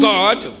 God